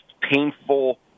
painful